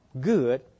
good